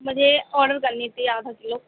مجھے آڈر کرنی تھی آدھا کلو